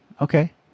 okay